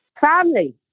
Family